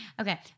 Okay